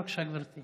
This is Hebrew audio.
בבקשה, גברתי.